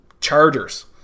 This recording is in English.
Chargers